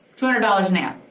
two hundred dollars an app.